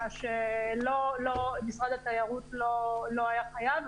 מה שמשרד התיירות לא היה חייב,